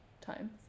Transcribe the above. times